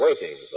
waiting